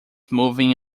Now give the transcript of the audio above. moving